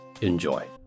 enjoy